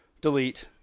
delete